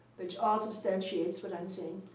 which all substantiates what i'm saying.